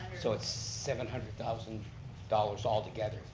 so it's seven hundred thousand dollars altogether.